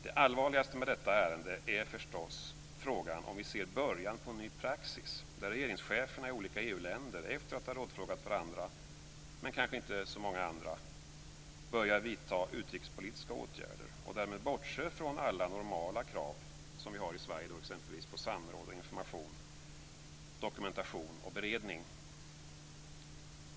Det allvarligaste med detta ärende är förstås om vi ser början på en ny praxis där regeringscheferna i olika EU-länder, efter att ha rådfrågat varandra men kanske inte så många andra, börjar vidta utrikespolitiska åtgärder och därmed bortser från alla normala krav som vi har i Sverige exempelvis på samråd, information, dokumentation och beredning.